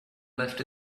left